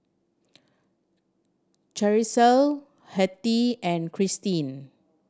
Charisse Hettie and Kristi